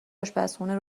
آشپزخونه